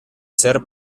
ser